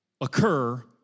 occur